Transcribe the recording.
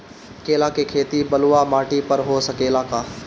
केला के खेती बलुआ माटी पर हो सकेला का?